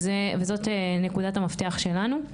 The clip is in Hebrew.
וזאת נקודת המפתח שלנו.